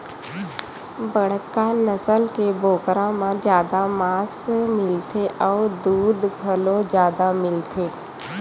बड़का नसल के बोकरा म जादा मांस मिलथे अउ दूद घलो जादा मिलथे